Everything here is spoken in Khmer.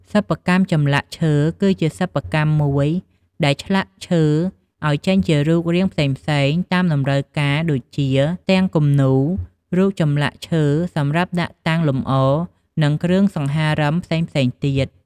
សិប្បកម្មចម្លាក់ឈើគឺជាសិប្បកម្មមួយដែលឆ្លាក់ឈើឲ្យចេញទៅជារូបរាងផ្សេងៗតាមតម្រូវការដូចជាផ្ទាំងគំនូរ រូបចម្លាក់ឈើសម្រាប់ដាក់តាំងលម្អនិងគ្រឿងសង្ហារឹមផ្សេងៗទៀត។